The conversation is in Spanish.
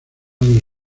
del